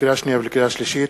לקריאה שנייה ולקריאה שלישית: